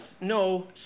no